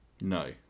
No